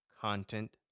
content